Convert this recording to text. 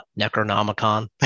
Necronomicon